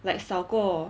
like 少过